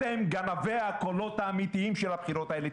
אתם גנבי הקולות האמיתיים של הבחירות האלה.